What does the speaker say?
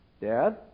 Dad